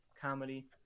comedy